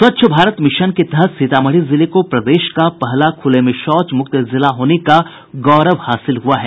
स्वच्छ भारत मिशन के तहत सीतामढ़ी जिले को प्रदेश का पहला खुले में शौच मुक्त जिला होने का गौरव हासिल हुआ है